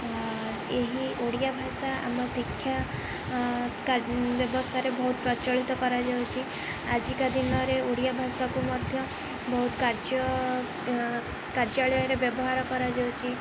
ଏହି ଓଡ଼ିଆ ଭାଷା ଆମ ଶିକ୍ଷା ବ୍ୟବସ୍ଥାରେ ବହୁତ ପ୍ରଚଳିତ କରାଯାଉଛି ଆଜିକା ଦିନରେ ଓଡ଼ିଆ ଭାଷାକୁ ମଧ୍ୟ ବହୁତ କାର୍ଯ୍ୟାଳୟରେ ବ୍ୟବହାର କରାଯାଉଛି